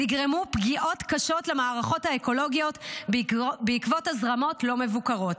נגרמו פגיעות קשות למערכות האקולוגיות בעקבות הזרמות לא מבוקרות.